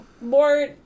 more